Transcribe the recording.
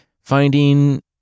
finding